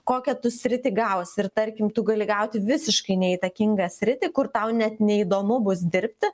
kokią tu sritį gausi ir tarkim tu gali gauti visiškai neįtakingą sritį kur tau net neįdomu bus dirbti